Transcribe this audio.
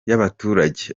y’abaturage